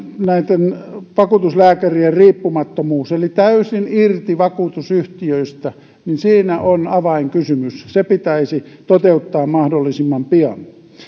näitten vakuutuslääkärien riippumattomuus eli täysin irti vakuutusyhtiöistä siinä on avainkysymys se pitäisi toteuttaa mahdollisimman pian